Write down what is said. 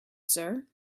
sir